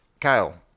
Kyle